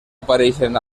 apareixen